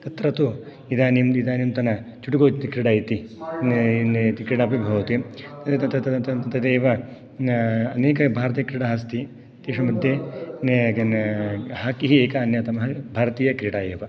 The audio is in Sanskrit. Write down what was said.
तत्र तु इदानीम् इदानीन्तन चुटुकू इति क्रीडा इति क्रीडा अपि भवति तदेव अनेकभारतीयक्रीडाः अस्ति तेषु मध्ये हाकिः एका अन्यतमः भारतीयक्रीडा एव